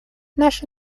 наше